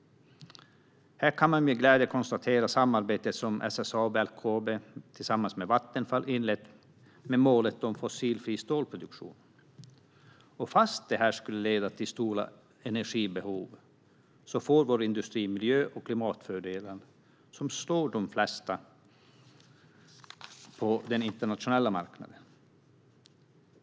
Här kan man med glädje konstatera det samarbete som SSAB, LKAB och Vattenfall har inlett med målet en fossilfri stålproduktion, och fastän detta skulle leda till stora energibehov får vår industri miljö och klimatfördelar som slår de flesta på den internationella marknaden.